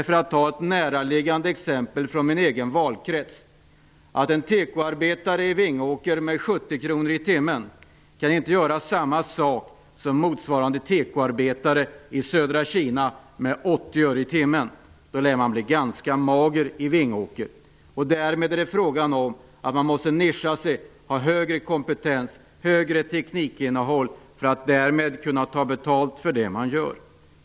För att ta ett näraliggande exempel från min egen valkrets: En tekoarbetare i Vingåker, med 70 kr tim. Då lär man bli ganska mager i Vingåker. Det är alltså fråga om att man måste "nischa" sig. Man måste ha högre kompetens och högre teknikinnehåll, för att därmed kunna ta betalt för det man gör.